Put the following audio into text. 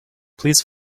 please